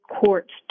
courts